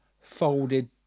folded